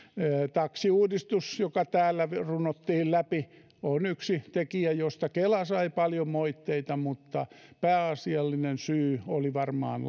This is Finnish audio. taksiuudistus joka täällä runnottiin läpi on yksi tekijä josta kela sai paljon moitteita mutta pääasiallinen syy oli varmaan